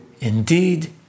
Indeed